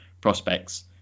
prospects